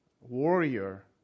warrior